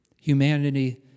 Humanity